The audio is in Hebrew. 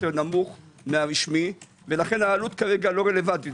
נמוך מהרשמי ולכן העלות כרגע לא רלוונטית.